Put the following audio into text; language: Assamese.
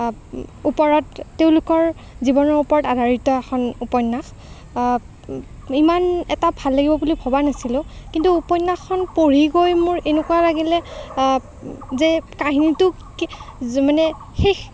ওপৰত তেওঁলোকৰ জীৱনৰ ওপৰত আধাৰিত এখন উপন্যাস ইমান এটা ভাল লাগিব বুলি ভবা নাছিলোঁ কিন্তু উপন্যাসখন পঢ়ি গৈ মোৰ এনেকুৱা লাগিলে যে কাহিনীটো মানে শেষ